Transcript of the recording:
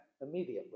immediately